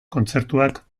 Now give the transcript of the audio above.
kontzertuak